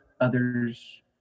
Others